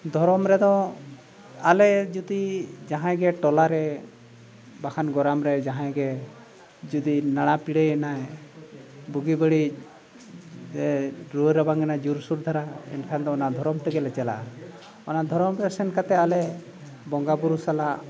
ᱫᱷᱚᱨᱚᱢ ᱨᱮᱫᱚ ᱟᱞᱮ ᱡᱩᱫᱤ ᱡᱟᱦᱟᱸᱭ ᱜᱮ ᱴᱚᱞᱟ ᱨᱮ ᱵᱟᱠᱷᱟᱱ ᱜᱚᱨᱟᱢ ᱨᱮ ᱡᱟᱦᱟᱸᱭ ᱜᱮ ᱡᱩᱫᱤ ᱱᱟᱲᱟ ᱯᱤᱲᱟᱹᱭᱮᱱᱟᱭ ᱵᱩᱜᱤ ᱵᱟᱹᱲᱤᱡ ᱨᱩᱣᱟᱹ ᱨᱟᱵᱟᱝᱮᱱᱟ ᱡᱩᱨ ᱥᱩᱨ ᱫᱷᱟᱨᱟ ᱮᱱᱠᱷᱟᱱ ᱫᱚ ᱚᱱᱟ ᱫᱷᱚᱨᱚᱢ ᱛᱮᱜᱮᱞᱮ ᱪᱟᱞᱟᱜᱼᱟ ᱚᱱᱟ ᱫᱷᱚᱨᱚᱢ ᱨᱮ ᱥᱮᱱ ᱠᱟᱛᱮᱫ ᱟᱞᱮ ᱵᱚᱸᱜᱟ ᱵᱩᱨᱩ ᱥᱟᱞᱟᱜ